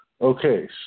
Okay